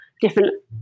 different